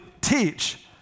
teach